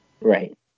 Right